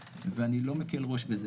גם בדברים אחרים ואני לא מקל ראש בזה,